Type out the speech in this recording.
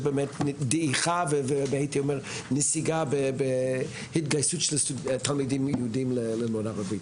של דעיכה ונסיגה בהתגייסות של תלמידים יהודים ללמוד ערבית.